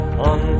on